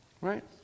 right